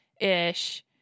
ish